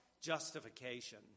justification